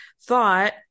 thought